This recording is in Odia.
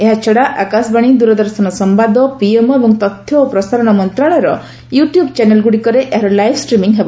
ଏହାଛଡ଼ା ଆକାଶବାଣୀ ଦୂରଦର୍ଶନ ସମ୍ବାଦ ପିଏମ୍ଓ ଏବଂ ତଥ୍ୟ ଓ ପ୍ରସାରଣ ମନ୍ତ୍ରଣାଳୟର ୟୁଟୁବ୍ ଚ୍ୟାନେଲଗୁଡ଼ିକରେ ଏହାର ଲାଇଭ ଷ୍ଟ୍ରିମିଙ୍ଗ୍ ହେବ